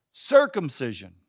Circumcision